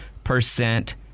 percent